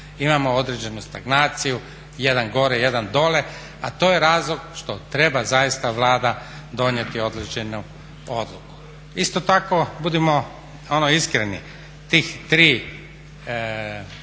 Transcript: Imamo određenu stagnaciju, jedan gore, jedan dolje a to je razlog što treba zaista Vlada donijeti određenu odluku. Isto tako budimo ono iskreni tih 3